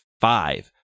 five